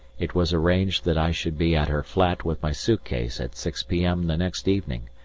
it was arranged that i should be at her flat with my suit-case at six p m. the next evening,